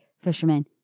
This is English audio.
fishermen